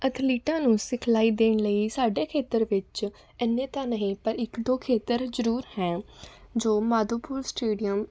ਅਥਲੀਟਾਂ ਨੂੰ ਸਿਖਲਾਈ ਦੇਣ ਲਈ ਸਾਡੇ ਖੇਤਰ ਵਿੱਚ ਇੰਨੇ ਤਾਂ ਨਹੀਂ ਪਰ ਇੱਕ ਦੋ ਖੇਤਰ ਜ਼ਰੂਰ ਹੈ ਜੋ ਮਾਧੋਪੁਰ ਸਟੇਡੀਅਮ